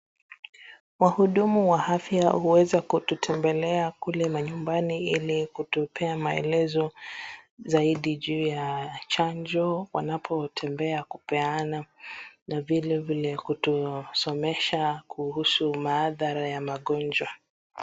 Wahudumu wa afya huweza kututembelea kule manyumbani ili kutupea maelezo zaidi juu ya chanjo wanapotembea kupeana, na vile vile kutusomesha kuhusu mahadhara ya magonjwa.